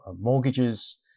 mortgages